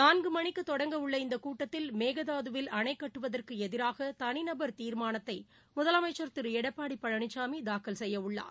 நான்கு மணிக்கு தொடங்கவுள்ள இந்த கூட்டத்தில் மேகதாதுவில் அணை கட்டுவதற்கு எதிராக தனிநபர் தீர்மானத்தை முதலமைச்சா திரு எடப்பாடி பழனிசாமி தாக்கல் செய்யவுள்ளார்